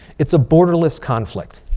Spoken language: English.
it's a borderless conflict.